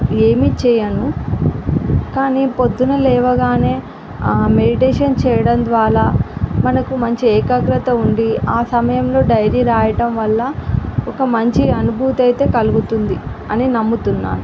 ఏమి చేయను కానీ ప్రొద్దున లేవగానే ఆ మెడిటేషన్ చేయడం ద్వారా మనకు మంచి ఏకాగ్రత ఉండి ఆ సమయంలో డైరి వ్రాయటం వల్ల ఒక మంచి అనుభూతి అయితే కలుగుతుంది అని నమ్ముతున్నాను